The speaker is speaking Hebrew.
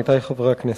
עמיתי חברי הכנסת,